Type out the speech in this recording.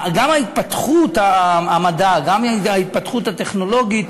גם התפתחות המדע, גם ההתפתחות הטכנולוגית